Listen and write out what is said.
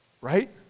right